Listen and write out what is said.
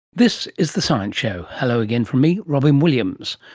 this is the science show, hello again from me, robyn williams.